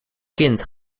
kind